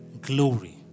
glory